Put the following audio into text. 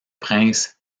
prince